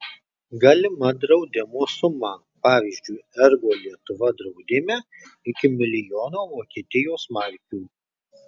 galima draudimo suma pavyzdžiui ergo lietuva draudime iki milijono vokietijos markių